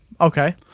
Okay